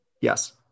Yes